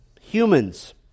humans